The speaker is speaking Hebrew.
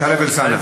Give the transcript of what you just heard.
טלב אלסאנע.